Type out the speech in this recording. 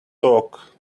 talk